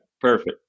Perfect